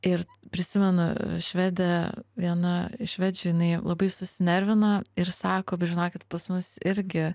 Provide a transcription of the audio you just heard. ir prisimenu švedė viena švedžių jinai labai susinervina ir sako žinokit pas mus irgi